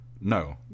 No